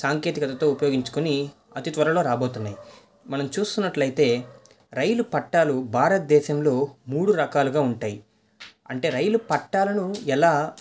సాంకేతికతతో ఉపయోగించుకొని అతి త్వరలో రాబోతున్నాయి మనం చూస్తున్నట్లయితే రైలు పట్టాలు భారతదేశంలో మూడు రకాలుగా ఉంటాయి అంటే రైలు పట్టాలను ఎలా